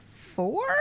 Four